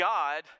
God